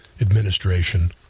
administration